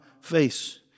face